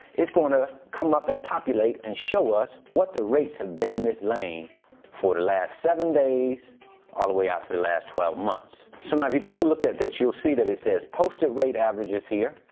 it's gonna come up and populate and show us what the rates have been in this lane for the last seven days all the way out to the last twelve months. so now if you take a look at this, you'll see that it says posted rate averages here.